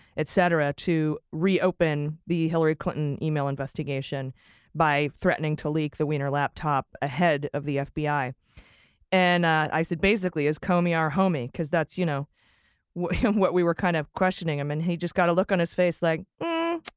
et cetera, to reopen the hillary clinton email investigation by threatening to leak the wiener laptop ahead of the fbi. and i said basically, is comey our homie? because that's you know what what we were kind of questioning, and and he just got a look on his face like, yeah